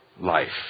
life